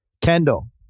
Kendall